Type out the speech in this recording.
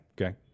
Okay